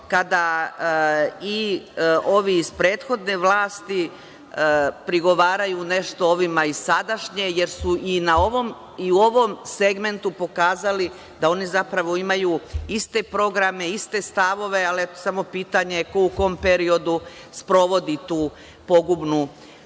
kada i ovi iz prethodne vlasti prigovaraju nešto ovima iz sadašnje, jer su i u ovom segmentu pokazali da oni imaju iste programe, iste stavove, ali pitanje je ko u kom periodu sprovodi tu pogubnu